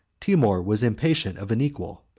timour was impatient of an equal,